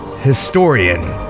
historian